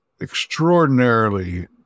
extraordinarily